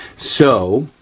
so,